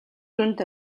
дүнд